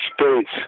States